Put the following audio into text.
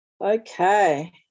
Okay